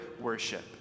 worship